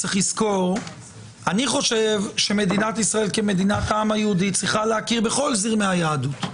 אני חושב שמדינת ישראל כמדינת העם היהודי צריכה להכיר בכל זרמי היהדות,